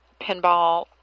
pinball